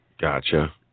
Gotcha